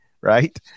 right